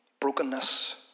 brokenness